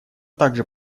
также